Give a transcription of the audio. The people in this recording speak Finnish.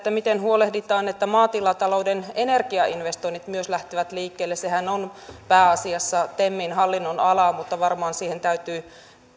miten huolehditaan että maatilatalouden energiainvestoinnit myös lähtevät liikkeelle sehän on pääsiassa temin hallinnonalaa mutta varmaan siihen täytyy